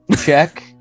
check